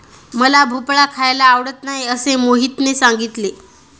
मला भोपळा खायला आवडत नाही असे मोहितने सांगितले